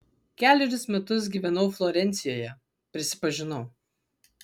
kelerius metus gyvenau florencijoje prisipažinau